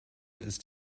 ist